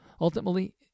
Ultimately